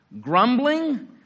Grumbling